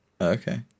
Okay